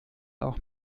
auch